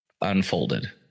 Unfolded